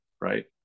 Right